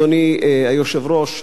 אדוני היושב-ראש,